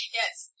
Yes